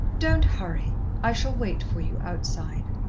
don't hurry. i shall wait for you outside.